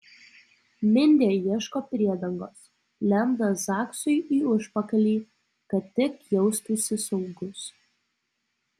mindė ieško priedangos lenda zaksui į užpakalį kad tik jaustųsi saugus